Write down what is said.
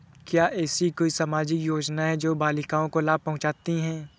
क्या ऐसी कोई सामाजिक योजनाएँ हैं जो बालिकाओं को लाभ पहुँचाती हैं?